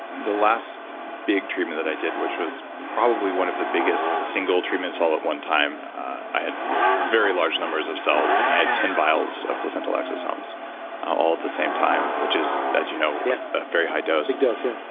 the last big treatment that i did which was probably one of the biggest single treatments all at one time, i had very large numbers of cells and i had ten vials of placental exosomes all at the same time which is as you know yeah a very high dose. big dose, yeah.